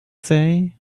say